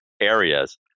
areas